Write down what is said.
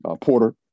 Porter